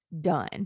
done